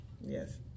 Yes